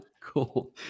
Cool